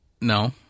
No